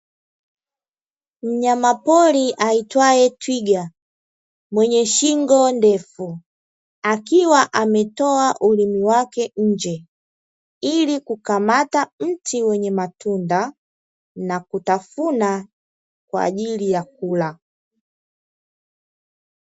Mnyama pori aitwaye twiga, mwenye shingo ndefu, akiwa ametoa ulimi wake nje, ili kukamata mti wenye matunda na kutafuna kwa ajili ya kula.